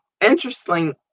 interesting